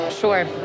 Sure